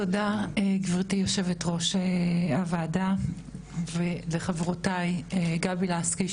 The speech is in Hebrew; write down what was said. תודה גברתי יושבת ראש הוועדה וחברותיי גבי לסקי,